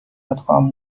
ادغام